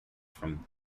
from